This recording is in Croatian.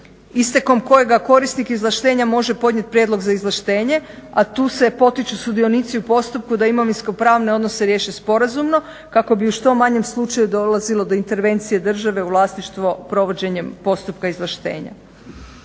istekom kojega korisnik izvlaštenja može podnijeti prijedlog za izvlaštenje, a tu se potiču sudionici u postupku da imovinsko-pravne odnose riješe sporazumno kako bi u što manjem slučaju dolazilo do intervencije države u vlasništvo provođenjem postupka izvlaštenja.